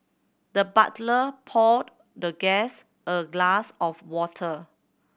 the butler poured the guest a glass of water